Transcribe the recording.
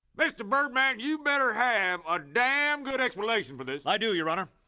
mr birdman, you better have a damn good explanation for this. i do, your honor.